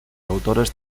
autores